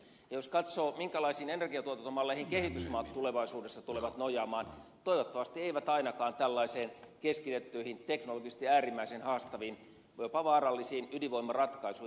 jos katsoo minkälaisiin energiantuotantomalleihin kehitysmaat tulevaisuudessa tulevat nojaamaan toivottavasti eivät ainakaan tällaisiin keskitettyihin teknologisesti äärimmäisen haastaviin jopa vaarallisiin ydinvoimaratkaisuihin